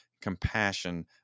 compassion